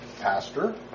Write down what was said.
pastor